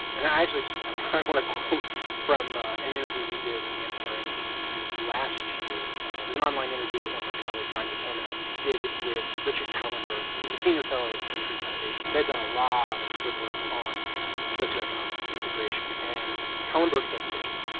and i actually just i want to quote from ah an interview we did on the npr ed team last year. it was an online interview that one of my colleagues, anya kamenetz, did with richard kahlenberg, who's a senior fellow at the century foundation. they've done a lot of good work on socioeconomic integration and kahlenberg said this.